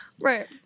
right